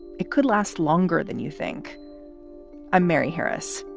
it could last longer than you think i'm mary harris.